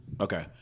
Okay